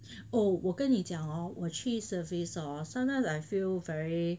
oh 我跟你讲哦我去 service hor sometimes I feel very